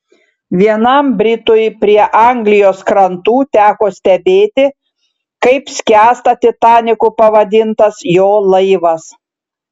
vienam britui prie anglijos krantų teko stebėti kaip skęsta titaniku pavadintas jo laivas